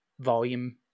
volume